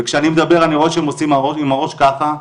וכשאני מדבר אני רואה שהם עושים עם הראש ככה,